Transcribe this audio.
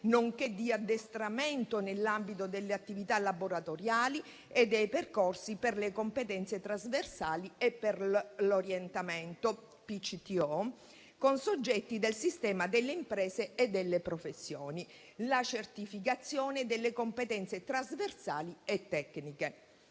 nonché di addestramento nell'ambito delle attività laboratoriali e dei percorsi per le competenze trasversali e per l'orientamento (PCTO) con soggetti del sistema delle imprese e delle professioni; la certificazione delle competenze trasversali e tecniche.